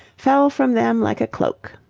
fell from them like a cloak.